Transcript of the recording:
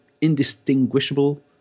indistinguishable